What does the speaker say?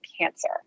cancer